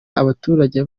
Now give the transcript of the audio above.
abaturage